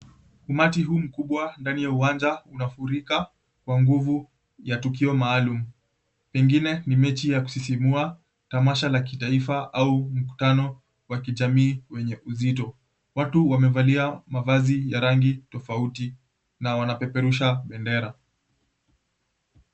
Umati huu mkubwa ndani ya uwanja unafurika kwa nguvu ya tukio maalumu. Pengine ni mechi ya kusisimua, tamasha la kitaifa au mkutano wa kijamii wenye uzito. Watu wamevalia mavazi ya rangi tofauti na wanapeperusha bendera.